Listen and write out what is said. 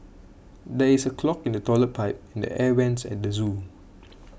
there is a clog in the Toilet Pipe and the Air Vents at the zoo